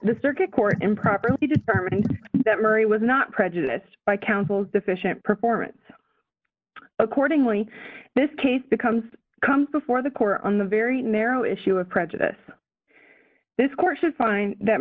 the circuit court improperly determined that murray was not prejudiced by counsel's deficient performance accordingly this case becomes comes before the core on the very narrow issue of prejudice this court should find that